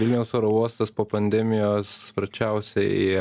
vilniaus oro uostas po pandemijos sparčiausiai